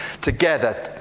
together